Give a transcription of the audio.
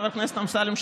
חבר הכנסת אמסלם,